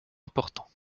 importants